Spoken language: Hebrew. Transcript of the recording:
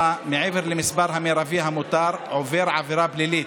מעבר למספר המרבי המותר עובר עבירה פלילית,